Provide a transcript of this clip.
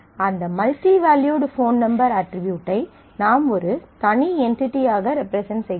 அந்த multi valued phone number அட்ரிபியூட்டை நாம் ஒரு தனி என்டிடியாக ரெப்ரசன்ட் செய்கிறோம்